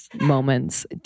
moments